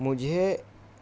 مجھے